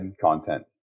content